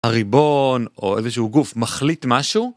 הריבון או איזה שהוא גוף מחליט משהו.